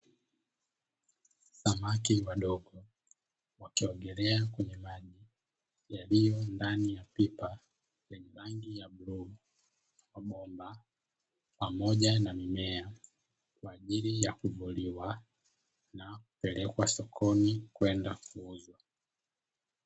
Samaki wadogo wakiogelea kwenye maji yaliyo ndani ya pipa lenye rangi ya bluu, mabomba pamoja na mimea kwa ajili ya kuvuliwa na kupelekwa sokoni kwenda kuuzwa .